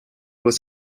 was